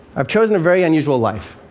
i've chosen a very unusual life.